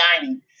dining